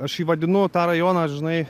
aš jį vadinu tą rajoną žinai